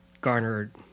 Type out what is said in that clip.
garnered